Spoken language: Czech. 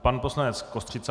Pan poslanec Kostřica.